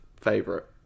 favorite